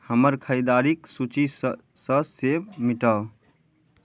हमर खरीदारीक सूचीसँ सेब मिटाउ